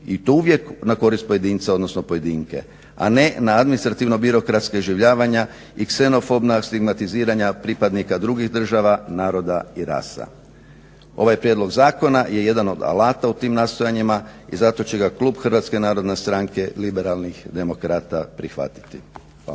i to uvijek na korist pojedinca, odnosno pojedinke, a ne na administrativno-birokratska iživljavanja i ksenofobna stigmatiziranja pripadnika drugih država, naroda i rasa. Ovaj prijedlog zakona je jedan od alata u tim nastojanjima i zato će ga klub HNS-a prihvatiti.